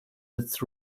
its